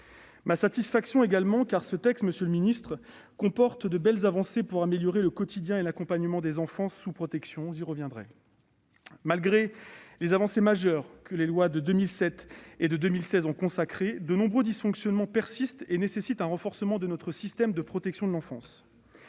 Ma satisfaction, ensuite, car ce texte comporte, monsieur le secrétaire d'État, de belles avancées pour améliorer le quotidien et l'accompagnement des enfants sous protection. J'y reviendrai. Malgré les avancées majeures que les lois de 2007 et de 2016 ont consacrées, de nombreux dysfonctionnements subsistent et nécessitent un renforcement de notre système de protection de l'enfance.